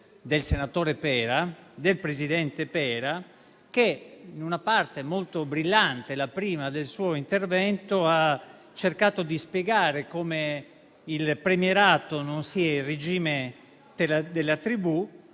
molta attenzione del presidente Pera, che in una parte molto brillante, la prima, ha cercato di spiegare come il premierato non sia il regime della tribù